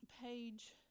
page